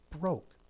broke